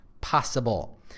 possible